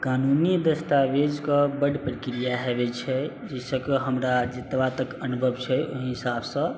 कानूनी दस्तावेज कऽ बड प्रक्रिआ होइत छै जे सबके हमरा जतबा तक अनुभव छै ओहि हिसाबसँ